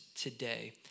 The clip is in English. today